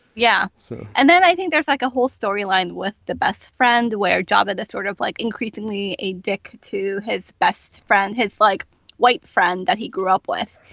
yeah. so and then i think there's like a whole storyline with the best friend where job is sort of like increasingly a dick to his best friend his like white friend that he grew up with.